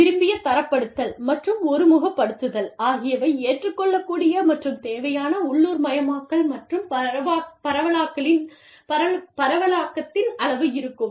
விரும்பிய தரப்படுத்தல் மற்றும் ஒருமுகப்படுத்துதல் ஆகியவை ஏற்றுக்கொள்ளக்கூடிய மற்றும் தேவையான உள்ளூர் மயமாக்கல் மற்றும் பரவலாக்கத்தின் அளவு இருக்கும்